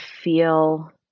feel